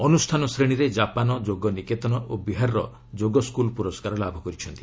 ଅନୁଷ୍ଠାନ ଶ୍ରେଣୀରେ ଜାପାନ୍ ଯୋଗ ନିକେତନ ଓ ବିହାରର ଯୋଗ ସ୍କୁଲ୍ ପୁରସ୍କାର ଲାଭ କରିଛନ୍ତି